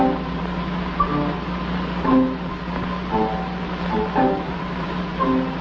oh oh oh oh oh